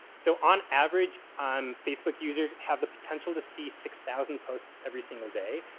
so, on average on facebook users have the potential to see six thousand posts every single day.